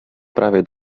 prawie